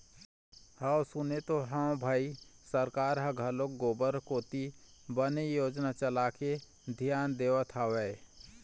हव सुने तो हव भई सरकार ह घलोक गोबर कोती बने योजना चलाके धियान देवत हवय